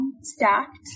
Stacked